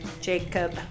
Jacob